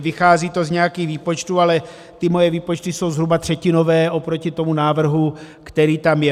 Vychází to jaksi z nějakých výpočtů, ale ty moje výpočty jsou zhruba třetinové oproti tomu návrhu, který tam je.